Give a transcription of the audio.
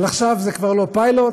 אבל עכשיו זה כבר לא פיילוט,